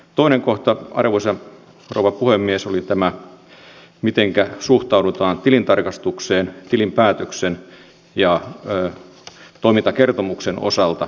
toinen kohta arvoisa rouva puhemies oli tämä mitenkä suhtaudutaan tilintarkastukseen tilinpäätöksen ja toimintakertomuksen osalta